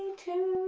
to